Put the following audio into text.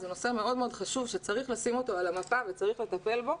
זה נושא מאוד מאוד חשוב שצריך לשים אותו על המפה וצריך לטפל בו.